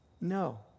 No